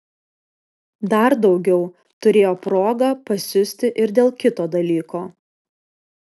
dar daugiau turėjo progą pasiusti ir dėl kito dalyko